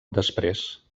després